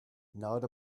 not